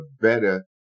better